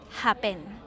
happen